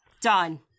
Done